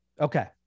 Okay